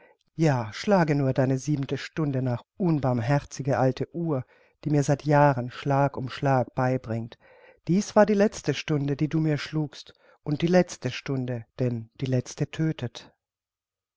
ja schlage nur deine siebente stunde nach unbarmherzige alte uhr die mir seit jahren schlag um schlag beibringt dieß war die letzte stunde die du mir schlugst und die letzte stunde denn die letzte tödtet